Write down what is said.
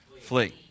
Flee